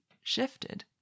shifted